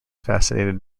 fascinated